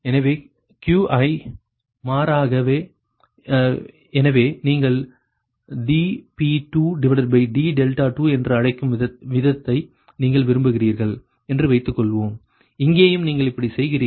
எனவே Qi மாறாக எனவே நீங்கள் dP2d2 என்று அழைக்கும் விதத்தை நீங்கள் விரும்புகிறீர்கள் என்று வைத்துக்கொள்வோம் இங்கேயும் நீங்கள் இப்படிச் செய்கிறீர்கள்